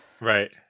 Right